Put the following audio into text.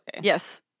Yes